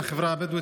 מהחברה הבדואית,